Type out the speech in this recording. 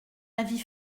avis